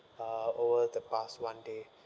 uh over the past one day